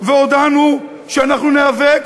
והודענו שאנחנו ניאבק,